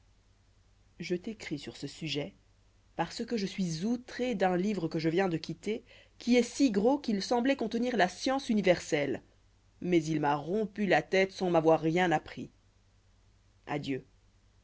je t'écris sur ce sujet parce que je suis outré d'un livre que je viens de quitter qui est si gros qu'il sembloit contenir la science universelle mais il m'a rompu la tête sans m'avoir rien appris adieu